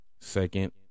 second